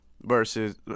versus